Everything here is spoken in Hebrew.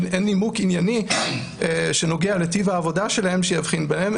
אין נימוק ענייני שנוגע לטיב העבודה שלהם שיבחין ביניהם,